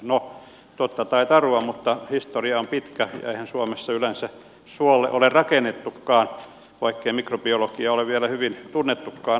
no totta tai tarua mutta historia on pitkä ja eihän suomessa yleensä suolle ole rakennettukaan vaikkei mikrobiologiaa ole vielä hyvin tunnettukaan